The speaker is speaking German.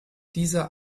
dieser